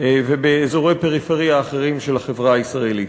ובאזורי פריפריה אחרים של החברה הישראלית.